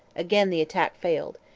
again the attack failed.